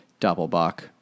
Doppelbach